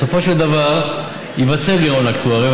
בסופו של דבר ייווצר גירעון אקטוארי,